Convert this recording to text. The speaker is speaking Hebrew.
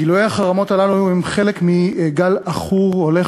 גילויי החרמות הללו הם חלק מגל עכור הולך